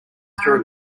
through